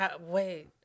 wait